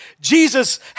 Jesus